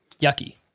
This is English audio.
yucky